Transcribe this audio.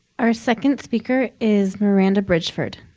our second speaker is miranda bridgeford.